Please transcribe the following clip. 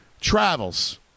travels